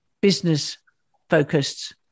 business-focused